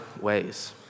ways